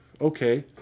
Okay